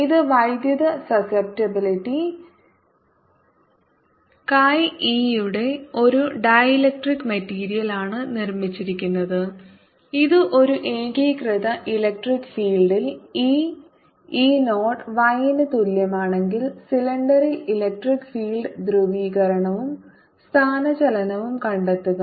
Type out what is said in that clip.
ഇത് വൈദ്യുത susceptibility chi e യുടെ ഒരു ഡീലക്ട്രിക് മെറ്റീരിയലാണ് നിർമ്മിച്ചിരിക്കുന്നത് ഇത് ഒരു ഏകീകൃത ഇലക്ട്രിക് ഫീൽഡിൽ E E 0 y ന് തുല്യമാണെങ്കിൽ സിലിണ്ടറിൽ ഇലക്ട്രിക് ഫീൽഡ് ധ്രുവീകരണവും സ്ഥാനചലനവും കണ്ടെത്തുക